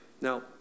Now